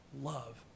love